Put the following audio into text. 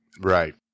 Right